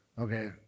Okay